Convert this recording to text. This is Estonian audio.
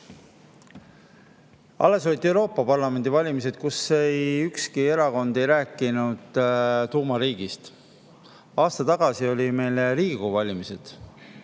Alles olid Euroopa Parlamendi valimised, kus ükski erakond ei rääkinud tuumariigist. Aasta tagasi olid meil Riigikogu valimised